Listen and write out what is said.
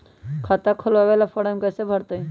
खाता खोलबाबे ला फरम कैसे भरतई?